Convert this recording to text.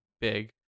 big